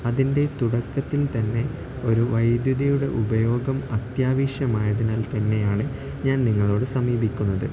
അതിൻ്റെ തുടക്കത്തിൽ തന്നെ ഒരു വൈദ്യുതിയുടെ ഉപയോഗം അത്യാവശ്യമായതിനാൽ തന്നെയാണ് ഞാൻ നിങ്ങളോട് സമീപിക്കുന്നത്